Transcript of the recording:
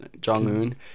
Jong-un